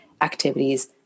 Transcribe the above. activities